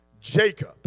Jacob